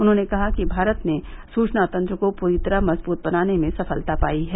उन्होंने कहा कि भारत ने सूचना तंत्र को पूरी तरह मजबूत बनाने में सफलता पाई है